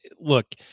look